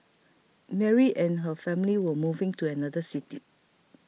Mary and her family were moving to another city